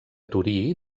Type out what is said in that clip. torí